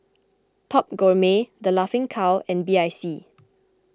Top Gourmet the Laughing Cow and B I C